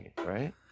Right